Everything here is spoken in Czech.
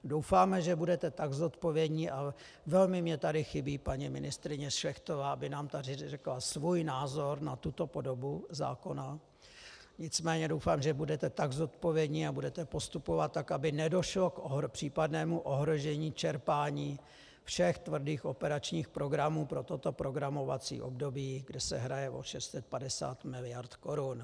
Doufáme, že budete tak zodpovědní a velmi mně tady chybí paní ministryně Šlechtová, aby nám tady řekla svůj názor na tuto podobu zákona nicméně doufám, že budete tak zodpovědní a budete postupovat tak, aby nedošlo k případnému ohrožení čerpání všech tvrdých operačních programů pro toto programovací období, kde se hraje o 650 mld. korun.